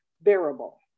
bearable